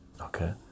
okay